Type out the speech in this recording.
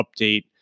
update